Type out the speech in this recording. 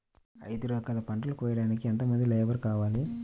ఐదు ఎకరాల పంటను కోయడానికి యెంత మంది లేబరు కావాలి?